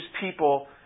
people